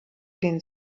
den